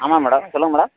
ஆமாம் மேடம் சொல்லுங்கள் மேடம்